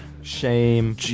Shame